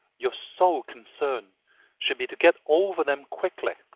your sole concern should be to get over them quickly,